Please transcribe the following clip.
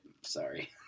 sorry